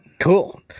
Cool